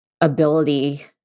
ability